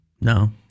No